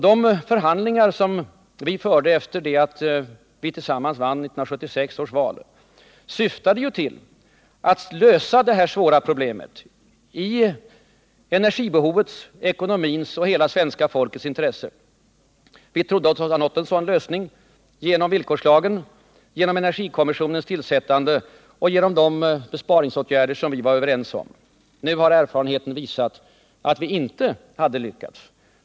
De förhandlingar som vi förde sedan vi tillsammans hade vunnit 1976 års val syftade ju till att lösa det här svåra problemet i energibehovets, ekonomins och hela svenska folkets intresse. Vi trodde oss ha nått en sådan lösning genom villkorslagen, genom energikommissionens tillsättande och genom de besparingsåtgärder som vi var överens om. Nu har erfarenheten visat att vi inte lyckades.